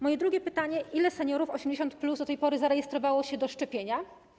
Moje drugie pytanie: Ilu seniorów 80+ do tej pory zarejestrowało się na szczepienie?